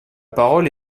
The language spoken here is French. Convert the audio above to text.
parole